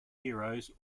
heroes